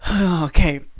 Okay